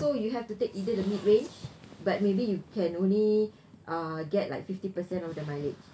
so you have to take either the mid range but maybe you can only uh get like fifty percent of the mileage